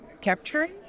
capturing